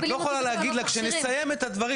אבל את לא יכולה להגיד לה כשנסיים את הדברים.